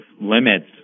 limits